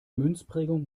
münzprägung